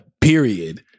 Period